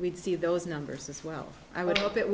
we'd see those numbers as well i would hope it